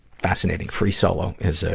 fascinating. free solo is, ah,